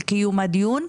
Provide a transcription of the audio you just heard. לדיון.